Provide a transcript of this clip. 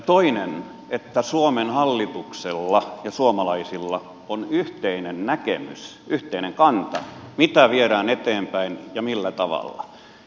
toinen on että suomen hallituksella ja suomalaisilla on yhteinen näkemys yhteinen kanta mitä viedään eteenpäin ja millä tavalla